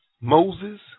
Moses